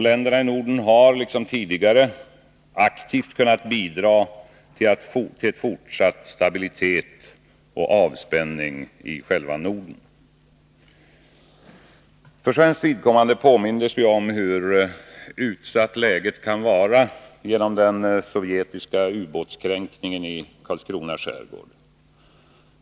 Länderna i Norden har, liksom tidigare, aktivt kunnat bidra till fortsatt stabilitet och avspärrning i själva Norden. För svenskt vidkommande påmindes vi om hur utsatt läget kan vara genom den sovjetiska ubåtskränkningen i Karlskrona skärgård.